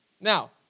Now